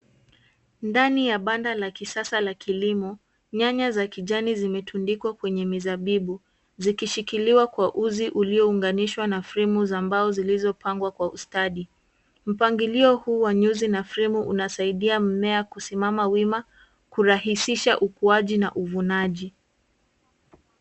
Ndani ya banda la kisasa la kilimo, nyaya za kijani zimetundikwa kwenye mizabibu, zikishishikiliwa kwa uzi uliounganishwa na fremu za mbao zilizopangwa kwa ustadi. Mpangilio huu wa nyuzi na fremu unasaidia mmea kusimama wima, kurahisisha ukuaji na uvunaji